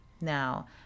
now